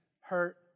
hurt